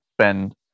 spend